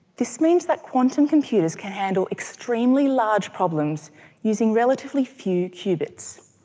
this means that quantum computers can handle extremely large problems using relatively few cubits.